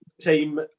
team